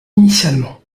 initialement